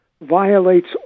violates